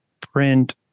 print